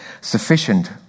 Sufficient